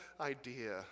idea